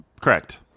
Correct